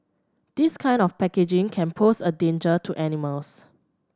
this kind of packaging can pose a danger to animals